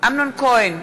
אמנון כהן,